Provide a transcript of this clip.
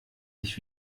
dich